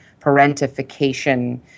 parentification